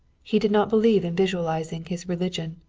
he did not believe in visualizing his religion.